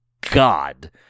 God